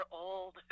old